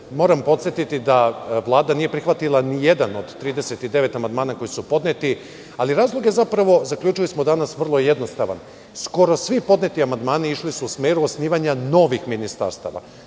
Moram podsetiti da Vlada nije prihvatila nijedan od 39 amandmana koji su podneti, ali razlog je vrlo jednostavan – skoro svi podneti amandmani išli su u smeru osnivanja novih ministarstava.